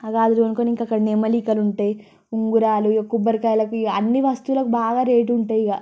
ఆ గాజులు కొనుక్కొని ఇంకా అక్కడ నెమలి ఈకలు ఉంటాయి ఉంగరాలు ఇక కొబ్బరికాయలకు ఇక అన్ని వస్తువులకు బాగా రేట్ ఉంటాయి ఇక